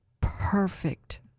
perfect